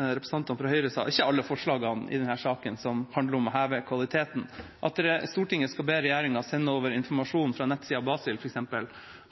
representantene fra Høyre sa, ikke alle forslagene i denne saken som handler om å heve kvaliteten. At Stortinget skal be regjeringa sende over informasjon fra nettsiden BASIL,